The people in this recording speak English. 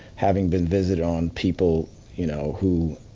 having been visited on people you know who,